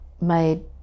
made